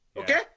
okay